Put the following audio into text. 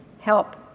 help